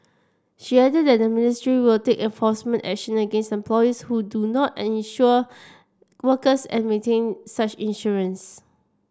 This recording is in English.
she added that the ministry will take enforcement action against employees who do not and insure workers and maintain such insurance